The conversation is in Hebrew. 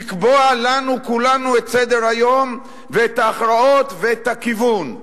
לקבוע לנו כולנו את סדר-היום ואת ההכרעות ואת הכיוון.